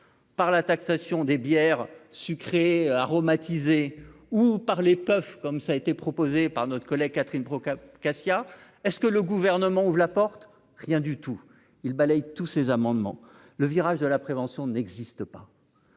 par la taxation des bières sucré et aromatisé ou par les peuvent, comme ça a été proposé par notre collègue Catherine Procap Catia est-ce que le gouvernement ouvrent la porte, rien du tout, il balaye tous ces amendements le virage de la prévention n'existe pas